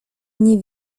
nie